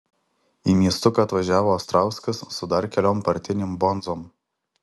į miestuką atvažiavo astrauskas su dar keliom partinėm bonzom